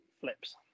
flips